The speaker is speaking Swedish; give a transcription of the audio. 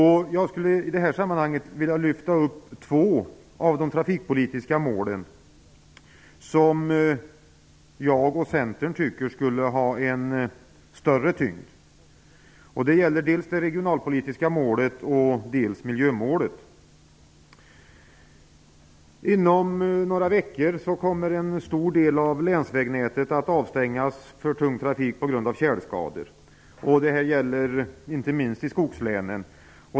Jag skulle i detta sammanhang vilja lyfta fram två av de trafikpolitiska målen som jag och Centern tycker borde få större tyngd. Det gäller dels det regionalpolitiska målet och dels miljömålet. Inom några veckor kommer stora delar av länsvägnätet att avstängas för tung trafik på grund av tjälskador. Inte minst gäller det skogslänen.